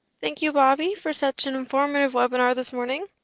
thank you, bobby, for such an informative webinar this morning.